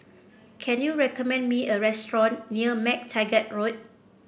can you recommend me a restaurant near MacTaggart Road